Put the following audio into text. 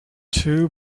two